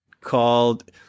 called